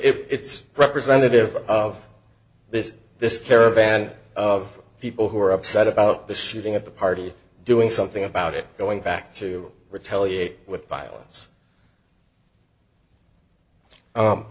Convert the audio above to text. but it's representative of this this caravan of people who are upset about the shooting at the party doing something about it going back to retaliate with violence